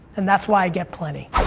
and that's why i get plenty.